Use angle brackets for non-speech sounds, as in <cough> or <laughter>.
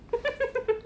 <laughs>